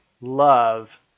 love